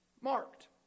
marked